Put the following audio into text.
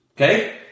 okay